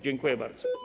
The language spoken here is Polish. Dziękuję bardzo.